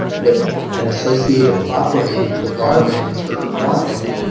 with and associated properly the larvae, which are aquatic,